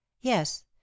Yes